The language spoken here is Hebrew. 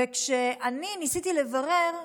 וכשאני ניסיתי לברר,